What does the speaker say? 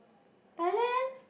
Thailand